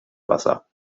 wasser